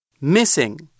Missing